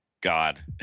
god